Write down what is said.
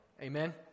Amen